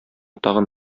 тагын